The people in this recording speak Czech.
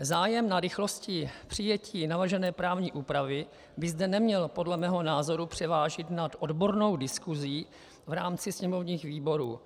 Zájem na rychlosti přijetí navržené právní úpravy by zde neměl podle mého názoru převážit nad odbornou diskusí v rámci sněmovních výborů.